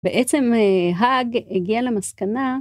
בעצם, האג הגיע למסקנה.